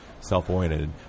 self-oriented